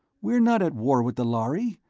we're not at war with the lhari!